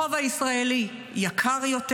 החוב הישראלי יקר יותר,